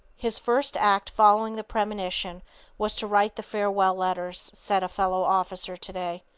his first act following the premonition was to write the farewell letters, said a fellow officer today.